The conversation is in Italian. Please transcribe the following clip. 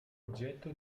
oggetto